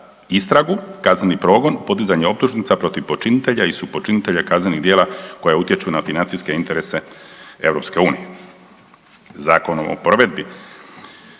istragu kazneni progon, podizanje optužnica protiv počinitelja i supočinitelja kaznenih djela koja utječu na financijske interese EU. Zakonom o provedbi